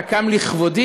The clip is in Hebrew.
אתה קם לכבודי?